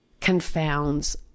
confounds